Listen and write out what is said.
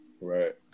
right